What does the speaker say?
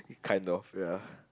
kind of ya